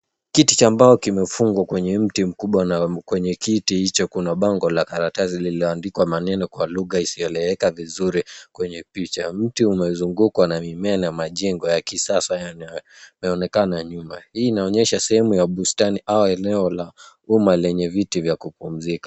Kiti cha mbao kimefungwa kwenye miti mkubwa na kwenye kiti hicho kuna bango la karatasi lililoandikwa maneno kwa lugha hisioeleweka vizuri kwenye picha. Miti imezungungwa na mimea na majengo ya kisasa yanayaoonekana nyuma. Hii inaonyesha sehemu ya bustani au eneo la umma lenye viti ya kupumzika.